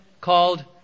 called